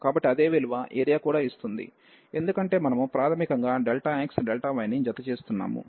కాబట్టి అదే విలువ ఏరియా కూడా ఇస్తుంది ఎందుకంటే మనము ప్రాథమికంగా xy ని జతచేస్తున్నాము